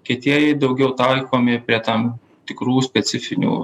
kietieji daugiau taikomi prie tam tikrų specifinių